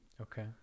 Okay